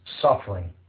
suffering